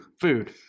Food